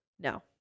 No